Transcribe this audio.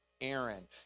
aaron